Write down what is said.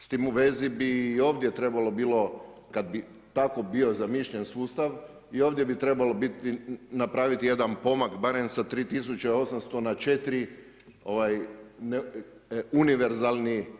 S tim u vezi bi i ovdje trebalo bilo, kada bi tako bio zamišljen sustav i ovdje bi trebalo biti, napraviti jedan pomak barem sa 3800 na 4000.